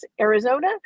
Arizona